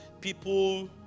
people